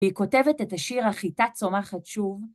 היא כותבת את השיר החיטה צומחת שוב.